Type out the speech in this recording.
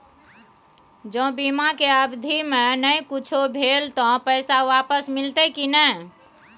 ज बीमा के अवधि म नय कुछो भेल त पैसा वापस मिलते की नय?